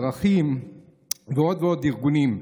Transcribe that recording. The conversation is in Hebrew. ערכים ועוד ועוד ארגונים.